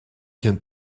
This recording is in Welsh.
cyn